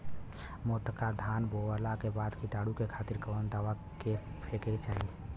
मोटका धान बोवला के बाद कीटाणु के खातिर कवन दावा फेके के चाही?